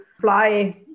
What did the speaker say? fly